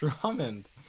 Drummond